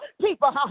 people